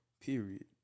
period